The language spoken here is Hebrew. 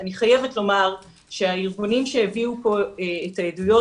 אני חייבת לומר שהארגונים שהביאו את העדויות